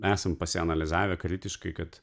esam pasianalizavę kritiškai kad